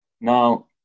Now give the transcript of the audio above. Now